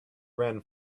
ran